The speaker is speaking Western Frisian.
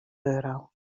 euro